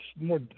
more